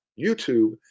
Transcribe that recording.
YouTube